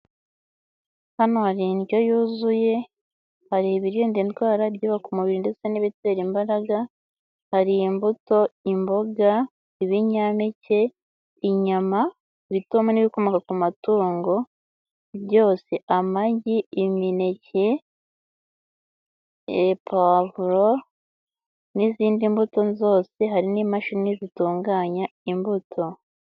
Hano hari indyo yuzuye hari ibirinda indwara ibyubaka umubiri ndetse n'ibitera imbaraga hari imbuto ,imboga, ibinyampeke, inyama hari n'ibikomoka ku matungo byose, amagi, imineke pawavro n'izindi mbuto zose hari n'imashini zitunganya imbuto.